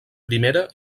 primera